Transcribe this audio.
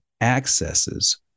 accesses